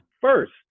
first